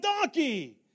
donkey